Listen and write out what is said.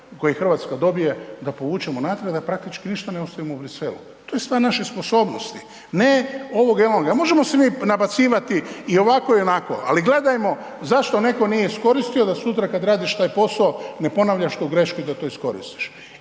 koji Hrvatska dobije da povučemo natrag da praktički ništa ne ostavimo u Bruxellesu, to je stvar naše sposobnosti, ne ovoga ili onoga. Možemo se mi nabacivati i ovako i onako, ali gledajmo zašto netko nije iskoristio da sutra kada radiš taj posao ne ponavljaš tu grešku i da to iskoristiš.